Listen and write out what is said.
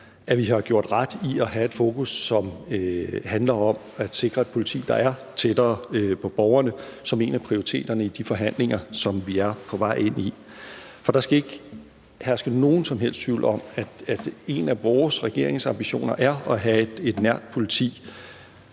at vi har gjort ret i at have et fokus, som handler om at sikre et politi, der er tættere på borgerne, som en af prioriteterne i de forhandlinger, som vi er på vej ind i. For der skal ikke herske nogen som helst tvivl om, at en af regeringens ambitioner er at have et nært politi.